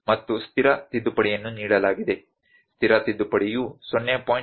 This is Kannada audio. ಮತ್ತು ಸ್ಥಿರ ತಿದ್ದುಪಡಿಯನ್ನು ನೀಡಲಾಗಿದೆ ಸ್ಥಿರ ತಿದ್ದುಪಡಿಯು 0